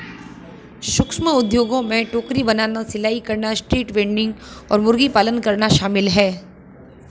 सूक्ष्म उद्यमों में टोकरी बनाना, सिलाई करना, स्ट्रीट वेंडिंग और मुर्गी पालन करना शामिल है